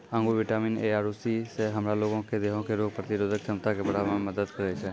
अंगूर vitamin A आरु C से हमरा लोगो के देहो के रोग प्रतिरोधक क्षमता के बढ़ाबै मे मदत करै छै